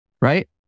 right